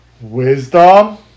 Wisdom